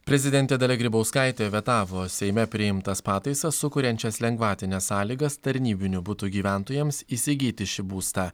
prezidentė dalia grybauskaitė vetavo seime priimtas pataisas sukuriančias lengvatines sąlygas tarnybinių butų gyventojams įsigyti šį būstą